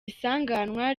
isiganwa